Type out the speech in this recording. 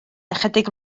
ychydig